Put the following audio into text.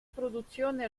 produzione